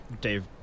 Dave